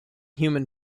human